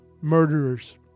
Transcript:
murderers